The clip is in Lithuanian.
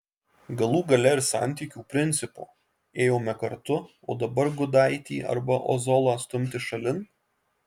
galų gale ir santykių principo ėjome kartu o dabar gudaitį arba ozolą stumti šalin